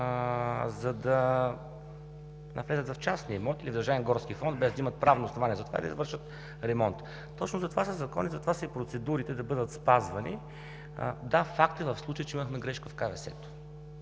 за да влязат в частни имоти и държавен горски фонд, без да имат правно основание за това и да извършат ремонта. Точно затова са законите, затова са и процедурите – да бъдат спазвани. Да, факт е, че в случая имахме грешка в КВС-то.